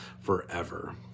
forever